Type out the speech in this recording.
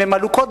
הם עלוקות,